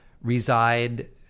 reside